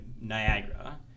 Niagara